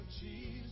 Jesus